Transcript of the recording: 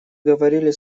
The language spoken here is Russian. говорили